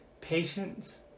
patience